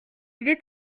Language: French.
était